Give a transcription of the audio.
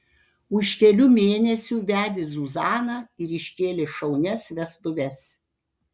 už kelių mėnesių vedė zuzaną ir iškėlė šaunias vestuves